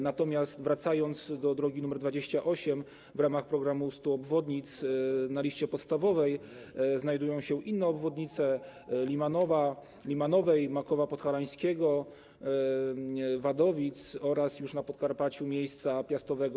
Natomiast wracając do drogi nr 28, w ramach programu 100 obwodnic na liście podstawowej znajdują się inne obwodnice: Limanowej, Makowa Podhalańskiego, Wadowic oraz, już na Podkarpaciu, Miejsca Piastowego.